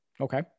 Okay